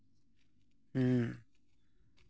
ᱦᱮᱸ